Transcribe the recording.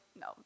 No